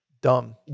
Dumb